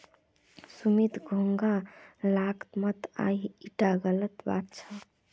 सुमित घोंघा लाक मत मार ईटा गलत बात छ